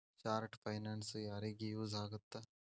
short finance ಯಾರಿಗ use ಆಗತ್ತಾ